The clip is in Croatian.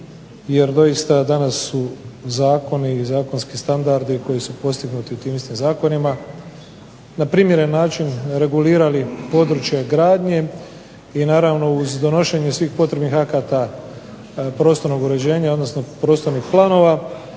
jer doista danas su zakoni i zakonski standardi koji su postignuti u tim istim zakonima na primjeren način regulirali područja gradnje i naravno uz donošenje svih potrebnih akata prostornog uređenja, odnosno prostornih planova